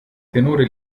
tenore